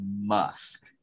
musk